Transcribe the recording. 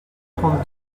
trente